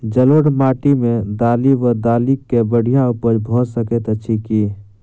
जलोढ़ माटि मे दालि वा दालि केँ बढ़िया उपज भऽ सकैत अछि की?